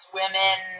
women